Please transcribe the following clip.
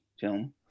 film